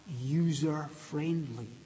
user-friendly